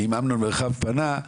ואם אמנון מרחב פנה,